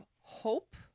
hope